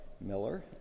Miller